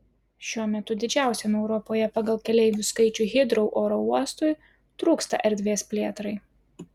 šiuo metu didžiausiam europoje pagal keleivių skaičių hitrou oro uostui trūksta erdvės plėtrai